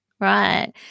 Right